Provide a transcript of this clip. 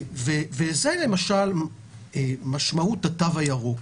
זו משמעות התו הירוק.